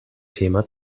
thema